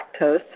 lactose